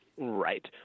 Right